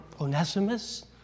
Onesimus